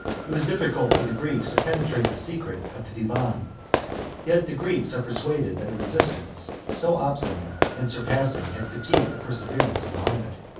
it was difficult for the greeks to penetrate the secret of the divan yet the greeks are persuaded, that a resistance so obstinate and surprising, had fatigued the perseverance of mahomet.